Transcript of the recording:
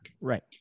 Right